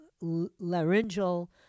laryngeal